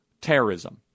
terrorism